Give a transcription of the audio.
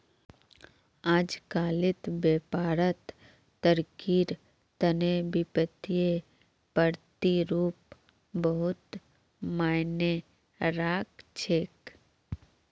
अजकालित व्यापारत तरक्कीर तने वित्तीय प्रतिरूप बहुत मायने राख छेक